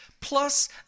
plus